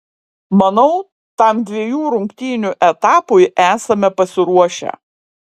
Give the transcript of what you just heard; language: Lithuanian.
manau tam dviejų rungtynių etapui esame pasiruošę